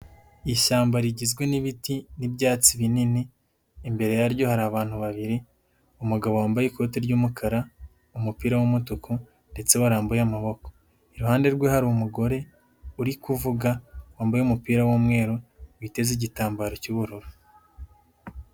Ishyamba rigizwe n'ibiti n'ibyatsi binini, imbere yaryo hari abantu babiri: umugabo wambaye ikote ry'umukara, umupira w'umutuku ndetse warambuye amaboko. Iruhande rwe hari umugore uri kuvuga, wambaye umupira w'umweru, witeze igitambaro cy'ubururu.